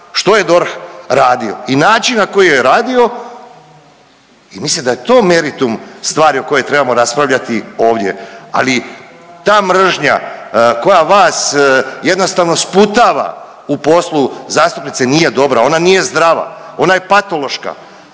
što je DORH radio i način na koji je radio i mislim da je to meritum stvari o kojoj trebamo raspravljati ovdje. Ali ta mržnja koja vas jednostavno sputava u poslu zastupnice nije dobra, ona nije zdrava, ona je patološka,